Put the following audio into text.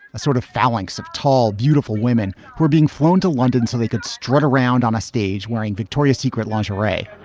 a sort of phalanx of tall, beautiful women were being flown to london so they could strut around on a stage wearing victoria's secret lingerie